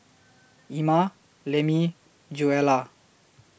Ima Lemmie Joella